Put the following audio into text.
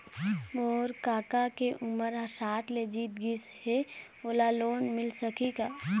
मोर कका के उमर ह साठ ले जीत गिस हे, ओला लोन मिल सकही का?